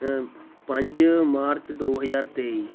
ਪੰਜ ਮਾਰਚ ਦੋ ਹਜ਼ਾਰ ਤੇਈ